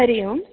Hari Om